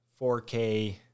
4K